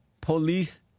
police